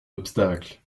obstacle